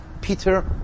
Peter